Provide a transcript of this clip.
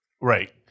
Right